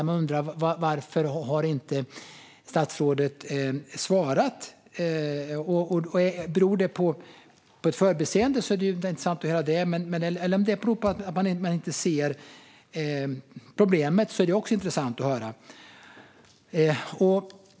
Man undrade varför statsrådet inte har svarat. Om det beror på ett förbiseende vore det intressant att höra det, och om det beror på att man inte ser problemet vore det också intressant att höra.